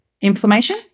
Inflammation